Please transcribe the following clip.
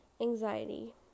anxiety